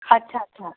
ਅੱਛਾ ਅੱਛਾ